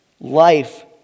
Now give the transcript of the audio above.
life